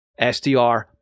SDR